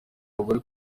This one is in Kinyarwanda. abagore